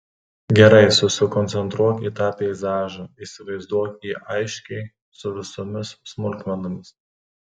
gerai susikoncentruok į tą peizažą įsivaizduok jį aiškiai su visomis smulkmenomis